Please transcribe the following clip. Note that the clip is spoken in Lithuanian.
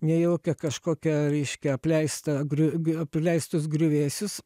nejaukią kažkokią reiškia apleistą griu apleistus griuvėsius